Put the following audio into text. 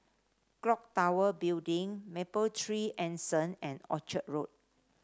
clock Tower Building Mapletree Anson and Orchard Road